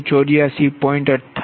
58181